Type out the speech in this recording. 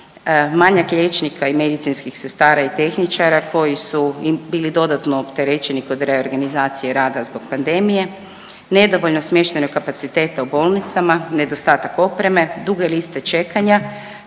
Manjak liječnika i medicinskih sestara i tehničara koji su bili dodatno opterećeni kroz reorganizacije rada zbog pandemije, nedovoljno smještajnog kapaciteta u bolnicama, nedostatak opreme, duge liste čekanja,